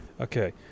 Okay